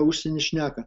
o užsieny šneka